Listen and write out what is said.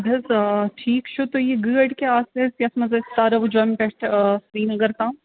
اَدٕ حَظ آ ٹھیٖک چھُ تہٕ یہِ گٲڑۍ کیٛاہ آسہِ حَظ یتھ منٛز أسۍ ترو جوٚمہِ پٮ۪ٹھٕ آ سریٖنگر تام